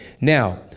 Now